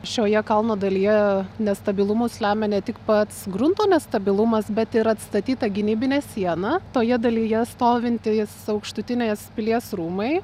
šioje kalno dalyje nestabilumus lemia ne tik pats grunto nestabilumas bet ir atstatyta gynybinė siena toje dalyje stovintys aukštutinės pilies rūmai